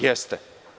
Jeste.